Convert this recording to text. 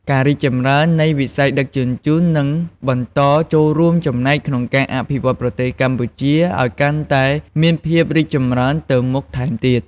ការរីកចម្រើននៃវិស័យដឹកជញ្ជូននឹងបន្តចូលរួមចំណែកក្នុងការអភិវឌ្ឍប្រទេសកម្ពុជាឱ្យកាន់តែមានភាពរីកចម្រើនទៅមុខថែមទៀត។